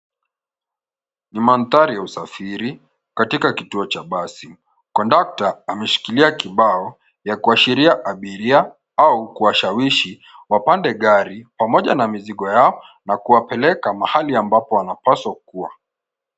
Ni mandhari ya usafiri, katika kituo cha basi. Kondakta ameshikila kibao yakuashiria abiria au kuwashawishi wapande gari pamoja na mizigo yao na kuwapeleka mahali ambapo wanapaswa kuwa.